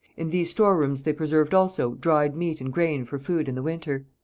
in these storerooms they preserved also dried meat and grain for food in the winter.